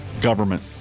government